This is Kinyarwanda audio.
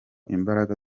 imbaraga